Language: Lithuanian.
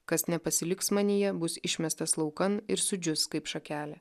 kas nepasiliks manyje bus išmestas laukan ir sudžius kaip šakelė